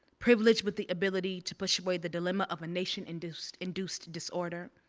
privileged with the ability to push away the dilemma of a nation induced induced disorder.